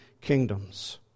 kingdoms